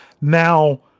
Now